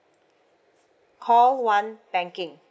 call one banking